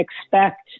expect